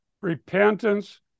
repentance